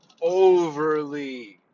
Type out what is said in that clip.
overly